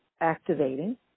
activating